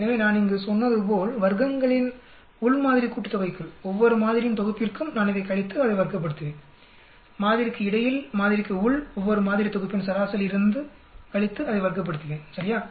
எனவே நான் இங்கு சொன்னது போல் வர்க்கங்களின் உள் மாதிரி கூட்டுத்தொகைக்குள் ஒவ்வொரு மாதிரியின் தொகுப்பிற்கும் நான் இதைக் கழித்து அதை வர்க்கப்படுத்துவேன் மாதிரிக்கு இடையில் மாதிரிக்கு உள் ஒவ்வொரு மாதிரி தொகுப்பின் சராசரியிலிருந்து கழித்து அதை வர்க்கப்படுத்துவேன் சரியா